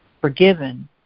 forgiven